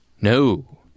No